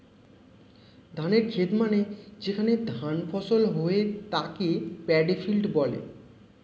ধানের খেত মানে যেখানে ধান ফসল হয়ে তাকে প্যাডি ফিল্ড বলে